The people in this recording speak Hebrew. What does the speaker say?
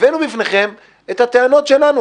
הבאנו בפניכם את הטענות שלנו,